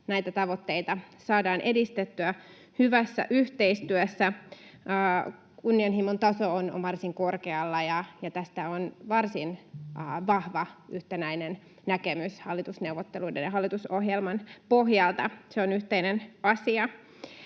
näitä tavoitteita saadaan edistettyä hyvässä yhteistyössä. Kunnianhimon taso on varsin korkealla, ja tästä on varsin vahva yhtenäinen näkemys hallitusneuvotteluiden ja hallitusohjelman pohjalta. Se on yhteinen asia.